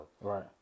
Right